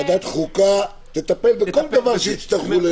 ועדת החוקה תטפל בכל דבר שיצטרכו,